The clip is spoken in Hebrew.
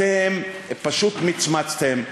אתם פשוט מצמצתם,